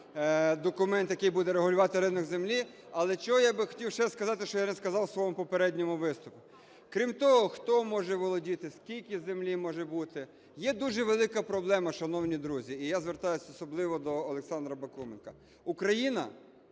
документ, який буде регулювати ринок землі. Але що я би хотів ще сказати, що я не сказав в своєму попередньому виступі. Крім того, хто може володіти, скільки землі може бути, є дуже велика проблема, шановні друзі. І я звертаюсь особливо до Олександра Бакуменка. Україна